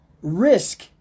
Risk